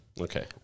Okay